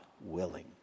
willing